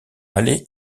aller